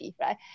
right